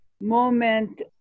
moment